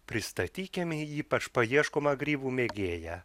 pristatykim ypač paieškomą grybų mėgėją